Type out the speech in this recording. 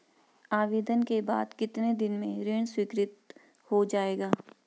आवेदन के बाद कितने दिन में ऋण स्वीकृत हो जाएगा?